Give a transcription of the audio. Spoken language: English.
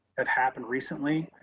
have happened recently.